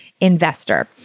investor